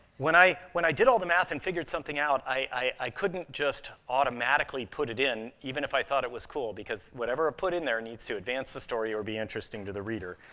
when i when i did all the math and figured something out, i couldn't just automatically put it in, even if i thought it was cool, because whatever i ah put in there needs to advance the story or be interesting to the reader.